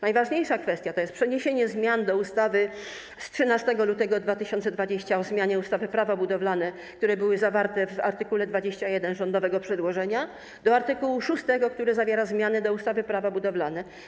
Najważniejsza kwestia to jest przeniesienie zmian do ustawy z dnia 13 lutego 2020 r. o zmianie ustawy - Prawo budowlane, które były zawarte w art. 21 rządowego przedłożenia, do art. 6, który zawiera zmiany do ustawy - Prawo budowlane.